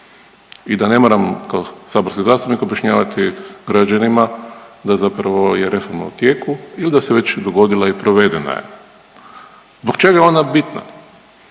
I da ne moram kao saborski zastupnik objašnjavati građanima da zapravo je reforma u tijeku ili da se već dogodila i provedena je. Zbog čega je ona bitna?